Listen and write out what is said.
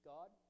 God